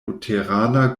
luterana